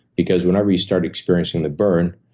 because whenever you start experiencing the burn,